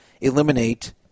eliminate